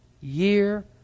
year